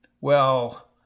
Well